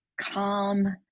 calm